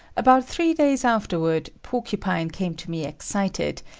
about three days afterward, porcupine came to me excited,